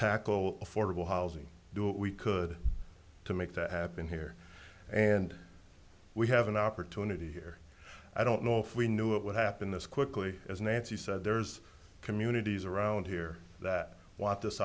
tackle affordable housing do what we could to make that happen here and we have an opportunity here i don't know if we knew it would happen this quickly as nancy said there's communities around here that want this